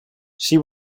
she